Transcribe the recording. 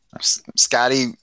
Scotty